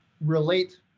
relate